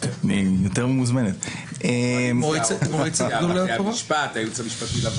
מטעמים מובנים אני לא אתייחס לכוונות של שרים למנות